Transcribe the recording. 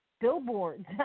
billboards